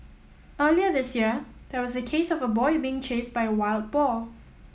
earlier this year there was a case of a boy being chased by a wild boar